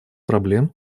проблем